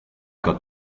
got